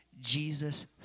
Jesus